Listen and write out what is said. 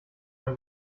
ein